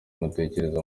mutekereza